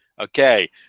Okay